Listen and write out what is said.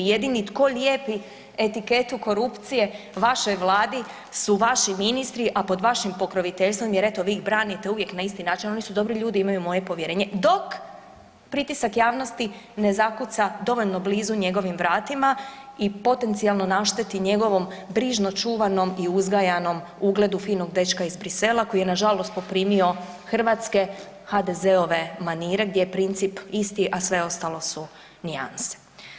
Jedini tko lijepi etiketu korupcije vašoj vladi su vaši ministri, a pod vašim pokroviteljstvom jer eto vi ih branite uvijek na isti način, oni su dobri ljudi i imaju moje povjerenje dok pritisak javnosti ne zakuca dovoljno blizu njegovim vratima i potencijalno našteti njegovom brižno čuvanom i uzgajanom ugledu finog dečka iz Bruxellesa koji je nažalost poprimio hrvatske HDZ-ove manire gdje je princip isti, a sve ostalo su nijanse.